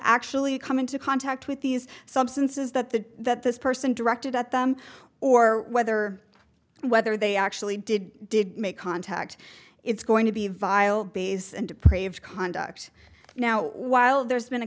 actually come into contact with these substances that the that this person directed at them or whether whether they actually did did make contact it's going to be vile base and deprived conduct now while there's been a